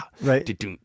right